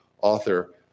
author